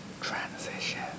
Transition